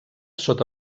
sota